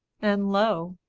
and lo!